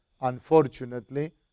unfortunately